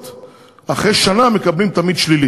גם ה"פיירוול" נפל.